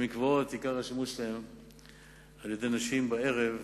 מכיוון שעיקר השימוש במקוואות על-ידי נשים הוא בערב,